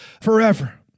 forever